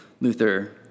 Luther